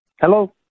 Hello